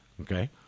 Okay